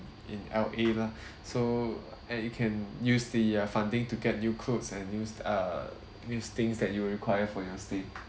in L_A lah so and it can use the uh funding to get new clothes and new uh new things that you'll require for your stay